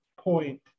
point